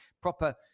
Proper